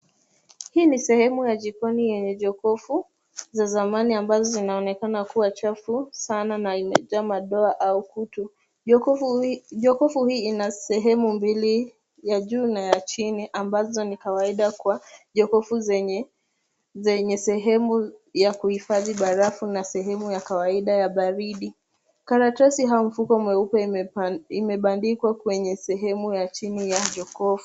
Hii ni sehemu ya jikoni yenye jokofu za zamani ambazo zinaonekana kuwa chafu sana na imejaa madoa au kutu, jokofu hii ina sehemu mbili ya juu na ya chini ambazo ni kawaida kwa jokofu zenye sehemu ya kuhifadhi barafu na sehemu ya kawaida ya baridi ,karatasi ya mfuko mweupe imebandikwa kwenye sehemu ya chini ya jokofu.